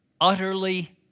utterly